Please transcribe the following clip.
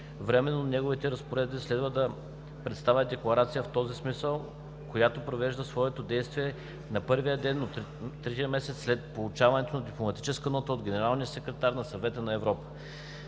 временно неговите разпоредби, следва да представят декларация в този смисъл, която поражда своето действие на първия ден от третия месец след получаването на дипломатическата нота от генералния секретар на Съвета на Европа.